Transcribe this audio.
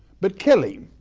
but killing,